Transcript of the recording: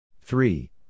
Three